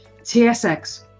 TSX